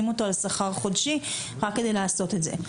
אותו על שכר חודשי רק כדי לעשות את זה,